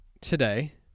today